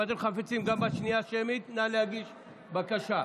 אם אתם חפצים גם בשנייה שמית, נא להגיש בקשה,